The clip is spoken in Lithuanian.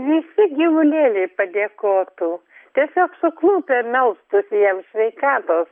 visi gyvulėliai padėkotų tiesiog suklupę melstųsi jam sveikatos